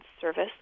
service